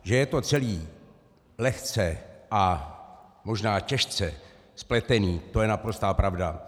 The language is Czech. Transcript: Že je to celé lehce, a možná těžce, spletené, to je naprostá pravda.